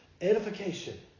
edification